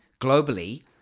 globally